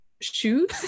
shoes